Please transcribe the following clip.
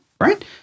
Right